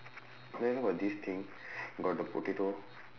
then got this thing got the potato